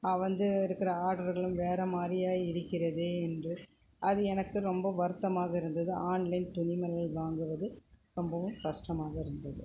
வந்து இருக்கிற ஆட்ருகளும் வேறு மாதிரியா இருக்கிறது என்று அது எனக்கு ரொம்ப வருத்தமாக இருந்தது ஆன்லைன் துணிமணிகள் வாங்குவது ரொம்பவும் கஷ்டமாக இருந்தது